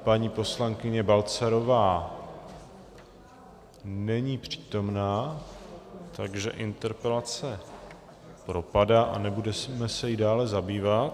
Paní poslankyně Balcarová není přítomna, takže interpelace propadá a nebudeme se jí dále zabývat.